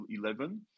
11